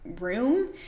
room